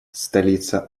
столица